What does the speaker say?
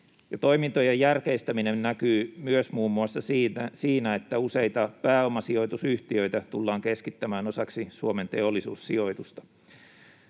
Toimintojen järkeistäminen näkyy myös muun muassa siinä, että useita pääomasijoitusyhtiöitä tullaan keskittämään osaksi Suomen Teollisuussijoitusta.